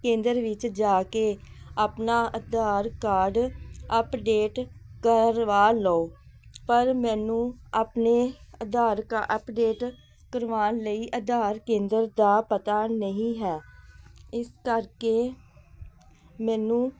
ਕੇਂਦਰ ਵਿੱਚ ਜਾ ਕੇ ਆਪਣਾ ਆਧਾਰ ਕਾਰਡ ਅਪਡੇਟ ਕਰਵਾ ਲਓ ਪਰ ਮੈਨੂੰ ਆਪਣੇ ਆਧਾਰ ਕਾ ਅਪਡੇਟ ਕਰਵਾਉਣ ਲਈ ਆਧਾਰ ਕੇਂਦਰ ਦਾ ਪਤਾ ਨਹੀਂ ਹੈ ਇਸ ਕਰਕੇ ਮੈਨੂੰ